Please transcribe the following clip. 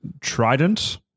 trident